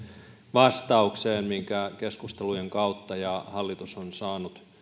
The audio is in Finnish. vastaukseen minkä keskustelujen kautta on saanut ja hallitus on saanut